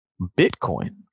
Bitcoin